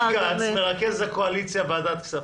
גם --- עובד כאן מרכז הקואליציה-ועדת הכספים.